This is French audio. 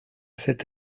cet